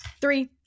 three